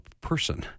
person